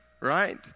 right